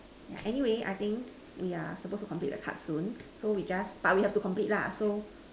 yeah anyway I think we are supposed to complete the cards soon so we just but we have to complete lah so